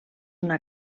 una